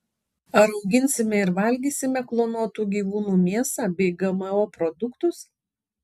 ar auginsime ir valgysime klonuotų gyvūnų mėsą bei gmo produktus